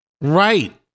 Right